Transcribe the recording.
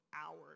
hours